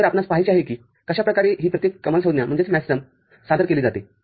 तरआपणास पाहायचे आहे किकशा प्रकारे ही प्रत्येक कमालसंज्ञा सादर केली जाते